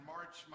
March